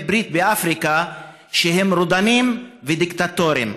ברית באפריקה שהם רודנים ודיקטטורים,